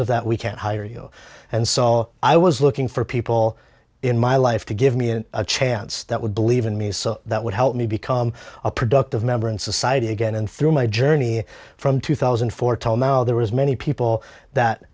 of that we can't hire you and so i was looking for people in my life to give me an a chance that would believe in me so that would help me become a productive member in society again and through my journey from two thousand and four tall now there was many people that